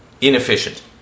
inefficient